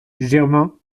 germain